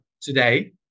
today